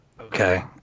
Okay